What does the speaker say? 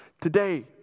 Today